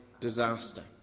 Disaster